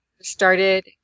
started